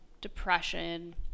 depression